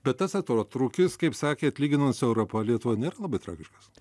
bet tas atotrūkis kaip sakė atlyginant su europa lietuvoj nėra labai tragiškas